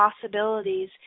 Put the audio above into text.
possibilities